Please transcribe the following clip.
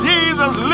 Jesus